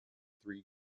three